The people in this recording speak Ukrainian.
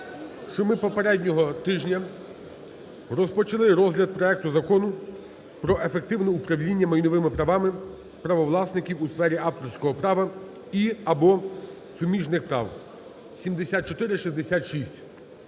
що ми попереднього тижня розпочали розгляд проекту Закону про ефективне управління майновими правами правовласників у сфері авторського права і (або) суміжних прав (7466).